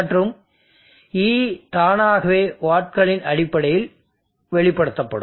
மற்றும் E தானாகவே வாட்களின் அடிப்படையில் வெளிப்படுத்தப்படும்